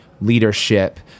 leadership